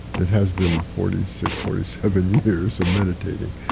it has been forty six, forty seven years of meditating,